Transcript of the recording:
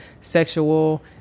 sexual